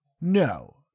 No